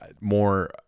more